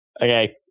Okay